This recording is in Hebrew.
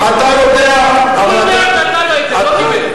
לא קיבל.